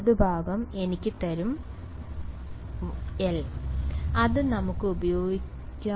വലതുഭാഗം എനിക്ക് തരും 1 1 അത് നമുക്ക് ഉപയോഗിക്കാവുന്ന ഒന്നാണ്